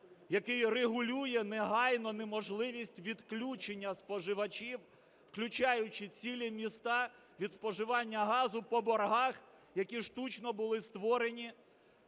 який регулює негайну неможливість відключення споживачів, включаючи цілі міста, від споживання газу по боргах, які штучно були створені